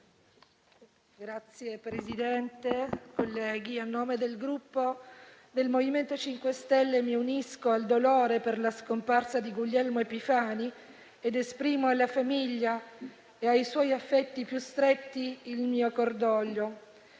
Signor Presidente, colleghi, a nome del Gruppo MoVimento 5 Stelle mi unisco al dolore per la scomparsa di Guglielmo Epifani ed esprimo alla famiglia e ai suoi affetti più stretti il mio cordoglio.